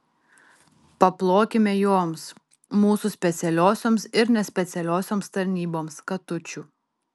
paplokime joms mūsų specialiosioms ir nespecialiosioms tarnyboms katučių